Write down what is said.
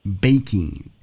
baking